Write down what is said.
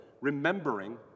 remembering